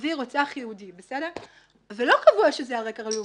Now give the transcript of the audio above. ערבי רוצח יהודי ולא קבוע שזה על רקע לאומני,